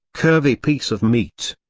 curvy piece of meat.